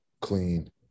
clean